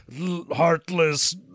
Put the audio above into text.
heartless